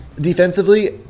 Defensively